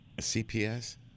CPS